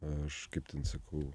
aš kaip ten sakau